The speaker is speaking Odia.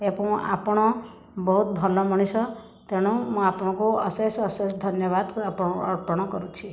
ଏବଂ ଆପଣ ବହୁତ ଭଲ ମଣିଷ ତେଣୁ ମୁଁ ଆପଣଙ୍କୁ ଅଶେଷ ଅଶେଷ ଧନ୍ୟବାଦ ଅର୍ପଣ କରୁଛି